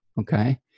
okay